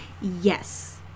yes